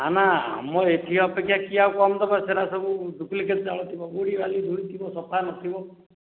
ନା ନା ଆମର ଏଠି ଅପେକ୍ଷା କିଏ ଆଉ କମ୍ ଦବ ସେଇଟା ସବୁ ଡୁପ୍ଲିକେଟ୍ ଚାଉଳ ଥିବ ଗୋଡ଼ି ବାଲି ଧୂଳି ସବୁ ସଫା ନଥିବ